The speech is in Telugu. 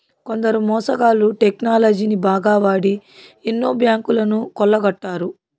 కొందరు మోసగాళ్ళు టెక్నాలజీని బాగా వాడి ఎన్నో బ్యాంకులను కొల్లగొట్టారు